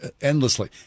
endlessly